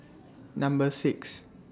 Number six